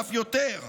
ואף יותר,